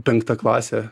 penkta klasė